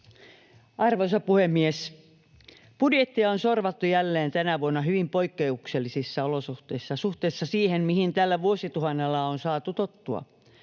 Arvoisa puhemies! Budjettia on sorvattu jälleen tänä vuonna hyvin poikkeuksellisissa olosuhteissa suhteessa siihen, mihin tällä vuosituhannella on saatu tottua.